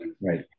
Right